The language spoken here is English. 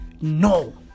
no